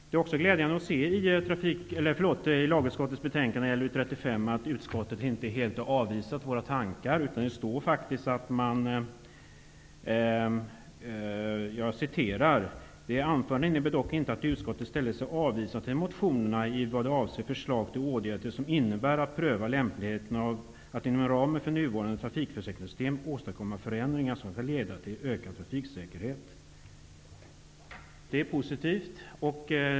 Det är glädjande att lagutskottet i sitt betänkande nr 35 inte helt har avvisat våra tankar utan faktiskt anför: ''Det anförda innebär dock inte att utskottet ställer sig avvisande till motionerna i vad de avser förslag till åtgärder som innebär att man prövar lämpligheten av att inom ramen för det nuvarande trafikförsäkringssystemet åstadkomma förändringar som kan leda till ökad trafiksäkerhet.'' Detta är en positiv skrivning.